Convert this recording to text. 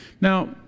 Now